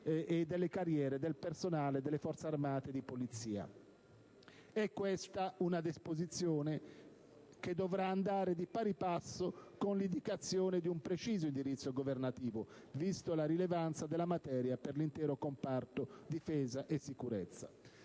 e delle carriere del personale delle Forze armate e di polizia. È, questa, una disposizione che dovrà andare di pari passo con l'indicazione di un preciso indirizzo governativo, vista la rilevanza della materia per l'intero comparto Difesa e Sicurezza.